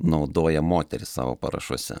naudoja moterys savo parašuose